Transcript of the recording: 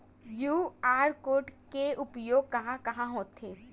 QR code के उपयोग कहां कहां होथे?